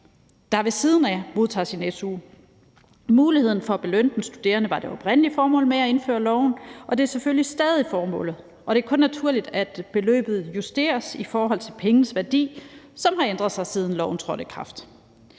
der ved siden af modtager sin su. Muligheden for at belønne den studerende var det oprindelige formål med at indføre loven, og det er selvfølgelig stadig formålet, og det er kun naturligt, at beløbet justeres i forhold til penges værdi, som har ændret sig, siden loven trådte i kraft.